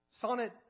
Sonnet